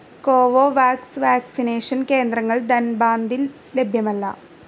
കോവോ wax vaccination കേന്ദ്രങ്ങൾ ധൻബാന്തിൽ ലഭ്യമല്ല